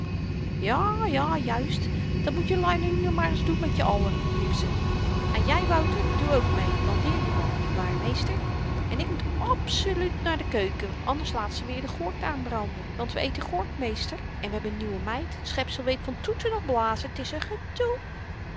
ja ja juist dat moet jeluî nu maar ns doen met je allen riep ze en jy wouter doe ook mee dan leer je wat niet waar meester en ik moet abseluut na de keuken anders laat ze weer de gort aanbranden want we eten gort meester en we hebben n nieuwe meid t schepsel weet van toeten noch blazen t is n gedoe